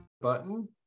Button